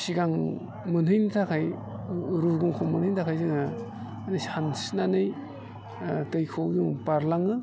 सिगां मोनहैनो थाखाय रुगुंखौ मोनहैनो थाखाय जोङो सानस्रिनानै दैखौ बारलाङो